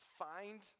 find